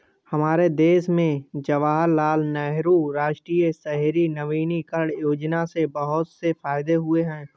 हमारे देश में जवाहरलाल नेहरू राष्ट्रीय शहरी नवीकरण योजना से बहुत से फायदे हुए हैं